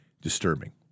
disturbing